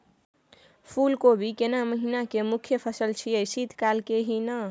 फुल कोबी केना महिना के मुखय फसल छियै शीत काल के ही न?